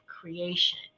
creation